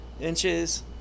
inches